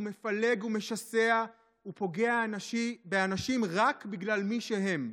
הוא מפלג ומשסע, הוא פוגע באנשים רק בגלל מי שהם.